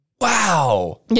Wow